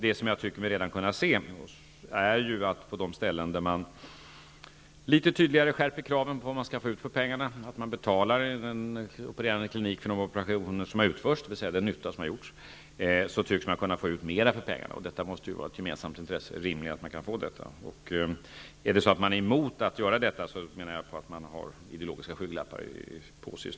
Det som jag tycker mig redan kunna se är att man på de ställen där det litet tydligare ställs skärpta krav, där en opererande klinik får betalt för de operationer som har utförts, dvs. den nytta som har gjorts, tycks kunna få ut mera för pengarna. Detta måste rimligen vara ett gemensamt intresse. Om man är emot att detta görs, har man ideologiska skygglappar på sig.